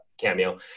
cameo